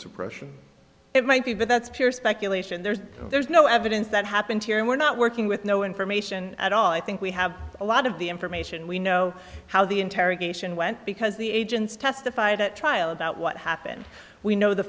suppression it might be but that's pure speculation there's there's no evidence that happened here and we're not working with no information at all i think we have a lot of the information we know how the interrogation went because the agents testified at trial about what happened we know the